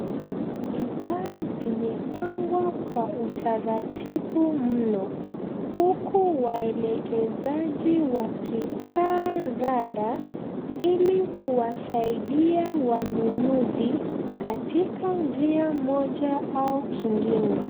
Bidhaa vimepangwa kwa utaratibu mno huku waelekezaji wakikaa rada ili kuwasaidia wanunuzi katika njia moja au kingine.